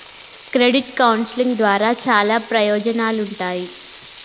credit counselling ద్వారా చాలా ప్రయోజనాలుంటాయి